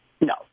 No